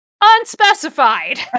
Unspecified